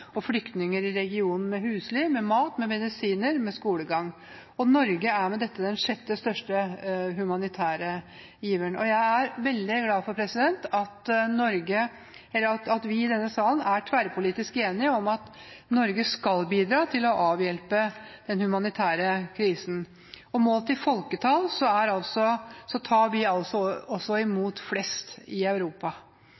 og flyktninger i regionen med husly, mat, medisiner og skolegang. Norge er med dette den sjette største humanitære giveren. Jeg er veldig glad for at vi i denne salen er tverrpolitisk enige om at Norge skal bidra til å avhjelpe den humanitære krisen. Målt i folketall tar vi også imot flest flyktninger i Europa. Sverige mottar flere enn det Norge gjør, men målt i folketall er det vi